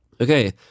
Okay